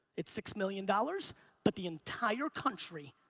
it's six million dollars but the entire country,